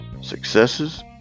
successes